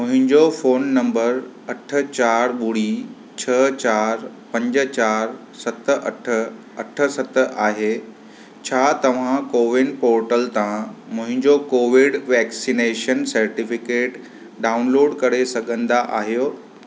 मुंहिंजो phone number अठ चार ॿुड़ी छ्ह चार पंज चार सत अठ अठ सत आहे छा तव्हां कोविन पोर्टल तां मुंहिंजो कोविड वैक्सिनेशन सर्टिफिकेट डाउनलोड करे सघंदा आहियो